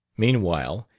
meanwhile,